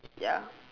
ya